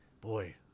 Boy